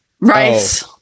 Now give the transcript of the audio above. Rice